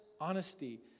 honesty